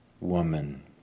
woman